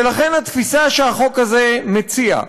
ולכן התפיסה שהחוק הזה מציע: